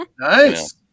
nice